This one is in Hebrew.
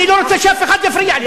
אני לא רוצה שאף אחד יפריע לי.